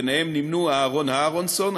בהם אהרן אהרונסון,